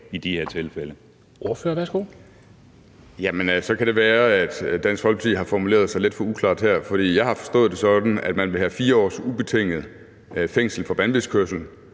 Kl. 11:06 Ole Birk Olesen (LA): Så kan det være, Dansk Folkeparti har formuleret sig lidt for uklart her, for jeg har forstået det sådan, at man vil have 4 års ubetinget fængsel for vanvidskørsel